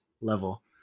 level